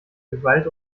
gewalt